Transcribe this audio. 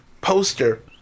poster